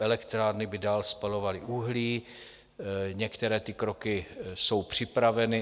Elektrárny by dál spalovaly uhlí, některé ty kroky jsou připraveny.